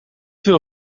wil